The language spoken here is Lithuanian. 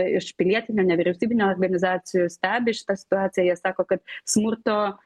iš pilietinių nevyriausybinių organizacijų stebi šitą situaciją jie sako kad smurto